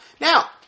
Now